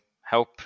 help